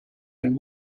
ein